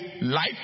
life